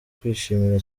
kwishimira